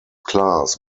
class